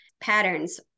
Patterns